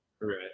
Right